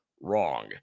wrong